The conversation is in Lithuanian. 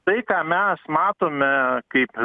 tai ką mes matome kaip